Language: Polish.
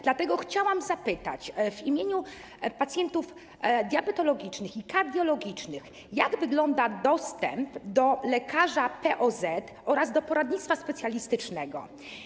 Dlatego chciałam zapytać w imieniu pacjentów diabetologicznych i kardiologicznych: Jak wygląda dostęp do lekarza POZ oraz do poradnictwa specjalistycznego?